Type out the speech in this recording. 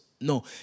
No